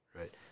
right